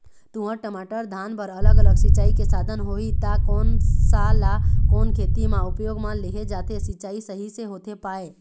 तुंहर, टमाटर, धान बर अलग अलग सिचाई के साधन होही ता कोन सा ला कोन खेती मा उपयोग मा लेहे जाथे, सिचाई सही से होथे पाए?